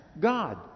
God